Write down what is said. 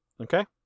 Okay